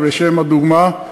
לשם הדוגמה,